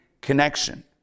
connection